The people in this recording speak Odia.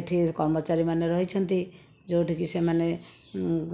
ଏଠି କର୍ମଚାରୀମାନେ ରହିଛନ୍ତି ଯେଉଁଠିକି ସେମାନେ